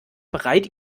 bereit